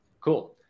Cool